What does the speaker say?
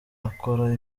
akora